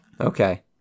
Okay